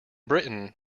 britain